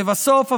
לבסוף,